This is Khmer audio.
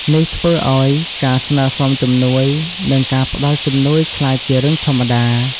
នេះធ្វើឲ្យការស្នើសុំជំនួយ និងការផ្តល់ជំនួយក្លាយជារឿងធម្មតា។